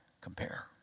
compare